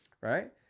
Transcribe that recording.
right